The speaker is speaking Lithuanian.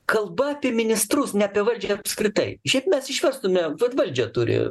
kalba apie ministrus ne apie valdžią apskritai šiaip mes išverstume vat valdžia turi